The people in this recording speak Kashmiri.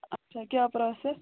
اچھا کیاہ پرٛاسیٚس